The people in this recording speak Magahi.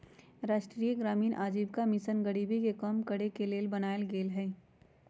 राष्ट्रीय ग्रामीण आजीविका मिशन गरीबी के कम करेके के लेल बनाएल गेल हइ